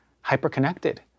hyper-connected